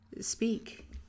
speak